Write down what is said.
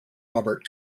robert